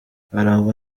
arangwa